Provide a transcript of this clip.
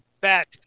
bet